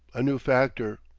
a new factor.